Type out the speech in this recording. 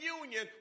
union